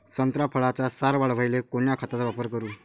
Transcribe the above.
संत्रा फळाचा सार वाढवायले कोन्या खताचा वापर करू?